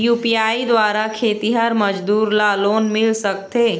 UPI द्वारा खेतीहर मजदूर ला लोन मिल सकथे?